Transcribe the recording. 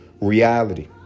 reality